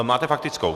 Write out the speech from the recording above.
Máte faktickou?